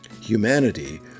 Humanity